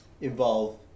involve